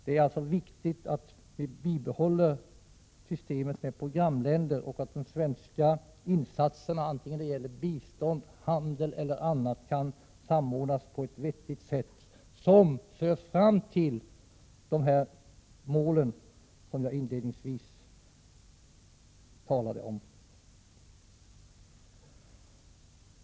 Det är alltså viktigt att bibehålla systemet med programländer. De svenska insatserna, vare sig det gäller bistånd, handel eller något annat, måste sammanföras på ett vettigt sätt, som leder fram till de mål jag inledningsvis talade om.